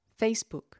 Facebook